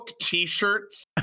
t-shirts